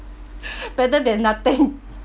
better than nothing